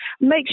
make